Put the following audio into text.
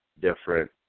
different